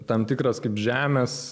tam tikras kaip žemės